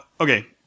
okay